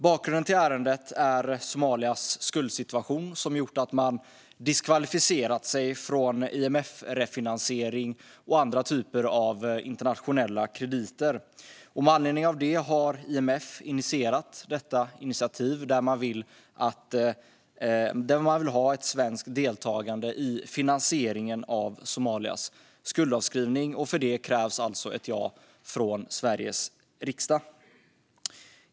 Bakgrunden till ärendet är Somalias skuldsituation som gjort att landet diskvalificerat sig från IMF-refinansiering och andra typer av internationella krediter. Med anledning av detta har IMF tagit detta initiativ där man vill ha ett svenskt deltagande i finansieringen av Somalias skuldavskrivning, och för detta krävs alltså ett ja från Sveriges riksdag.